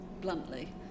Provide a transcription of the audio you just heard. bluntly